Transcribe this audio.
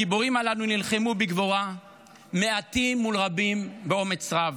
הגיבורים הללו נלחמו בגבורה מעטים מול רבים באומץ רב,